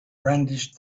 brandished